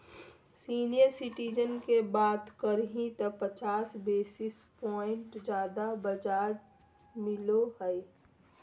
senior citizen के बात करही त पचास बेसिस प्वाइंट ज्यादा ब्याज मिलो हइ